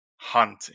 hunting